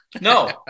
No